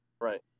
Right